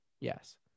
Yes